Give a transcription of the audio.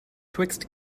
twixt